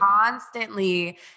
constantly